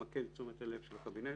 למקד את תשומת הלב של הקבינט.